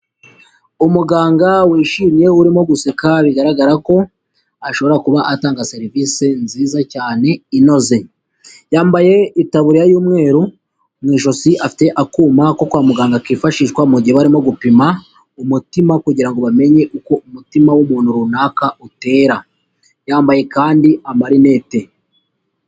Umuganga wishimye urimo guseka bigaragara ko ashobora kuba atanga serivisi nziza cyane inoze, yambaye itaburiya y'umweru, mu ijosi afite akuma ko kwa muganga kifashishwa mu gihe barimo gupima umutima, kugira ngo bamenye uko umutima w'umuntu runaka utera, yambaye kandi amarinete.